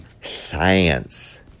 science